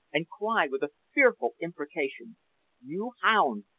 and cry with a fearful imprecation you hound!